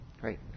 Great